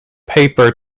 paper